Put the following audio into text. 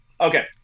Okay